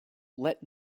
let